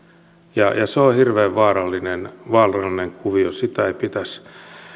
ja se on hirveän vaarallinen vaarallinen kuvio sitä ei pitäisi